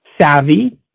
savvy